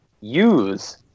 use